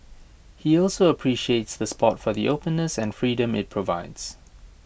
he also appreciates the spot for the openness and freedom IT provides